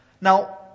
Now